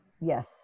Yes